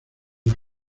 las